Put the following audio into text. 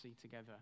together